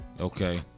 okay